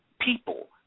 people